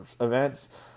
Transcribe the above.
events